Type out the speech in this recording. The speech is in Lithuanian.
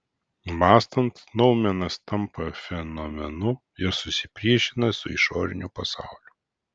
mąstant noumenas tampa fenomenu ir susipriešina su išoriniu pasauliu